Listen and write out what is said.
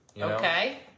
Okay